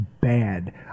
bad